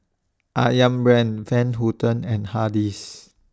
Ayam Brand Van Houten and Hardy's